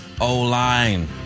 O-line